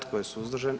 Tko je suzdržan?